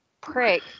prick